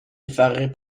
effaré